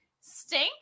stink